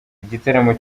igitaramo